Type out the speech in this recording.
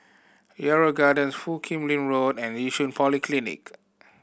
Yarrow Garden Foo Kim Lin Road and Yishun Polyclinic